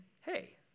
hey